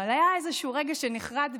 אבל היה איזשהו רגע שנכרת בי,